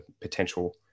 potential